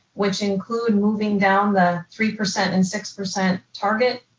which include moving down the three percent and six percent target